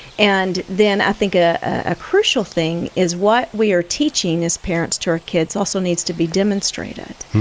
and then i think a ah crucial thing is what we are teaching as parents to our kids also needs to be demonstrated,